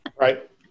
Right